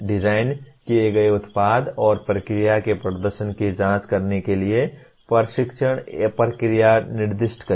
design किए गए उत्पाद और प्रक्रिया के प्रदर्शन की जांच करने के लिए परीक्षण प्रक्रिया निर्दिष्ट करें